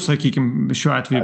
sakykim šiuo atveju